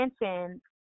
mentioned